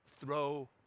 throw